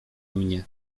mnie